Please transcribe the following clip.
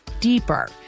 deeper